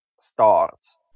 starts